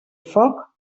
foc